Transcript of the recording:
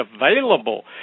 available